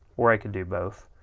or i could do both.